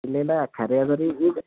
ಇಲ್ಲ ಇಲ್ಲ ಖರೆ ಅದರಿ ಈಗ